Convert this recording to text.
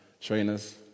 trainers